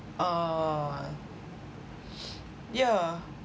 ah yeah